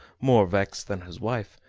more vexed than his wife,